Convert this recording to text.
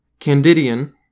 Candidian